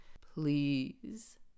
Please